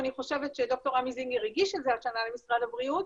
אני חושבת שד"ר עמי זינגר הגיש את זה השנה למשרד הבריאות,